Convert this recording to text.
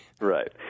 Right